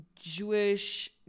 Jewish